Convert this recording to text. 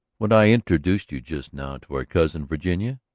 when i introduced you just now to our cousin virginia,